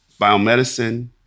biomedicine